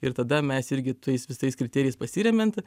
ir tada mes irgi tais visais kriterijais pasiremiant